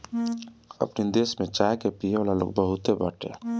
अपनी देश में चाय के पियेवाला लोग बहुते बाटे